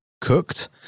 cooked